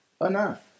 enough